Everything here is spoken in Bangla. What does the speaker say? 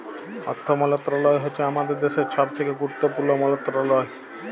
অথ্থ মলত্রলালয় হছে আমাদের দ্যাশের ছব থ্যাকে গুরুত্তপুর্ল মলত্রলালয়